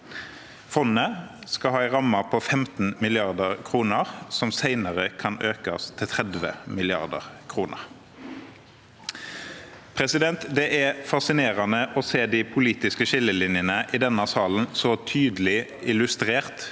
Fondet skal ha en ramme på 15 mrd. kr, som senere kan økes til 30 mrd. kr. Det er fascinerende å se de politiske skillelinjene i denne salen så tydelig illustrert